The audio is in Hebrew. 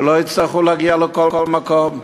שלא יצטרכו להגיע לכל מקום,